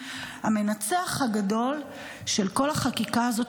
המנצח הגדול של כל החקיקה הזאת,